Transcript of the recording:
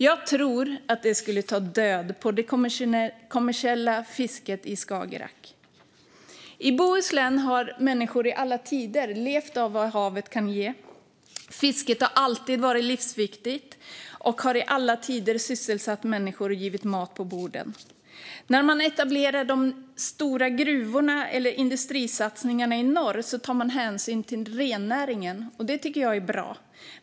Jag tror att de skulle ta död på det kommersiella fisket i Skagerrak. I Bohuslän har människor i alla tider levt av vad havet kan ge. Fisket har alltid varit livsviktigt och har i alla tider sysselsatt människor och givit mat på borden. När man etablerar de stora gruvorna eller industrisatsningarna i norr tar man hänsyn till rennäringen, och det tycker jag är bra.